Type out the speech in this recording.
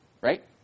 right